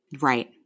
Right